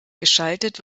geschaltet